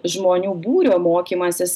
žmonių būrio mokymasis